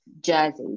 Jersey